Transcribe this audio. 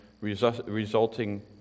resulting